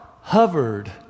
hovered